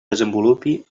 desenvolupi